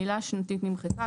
המילה שנתית נמחקה,